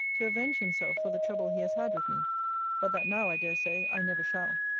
to avenge himself for the trouble he has had with me but that now, i dare say, i never shall.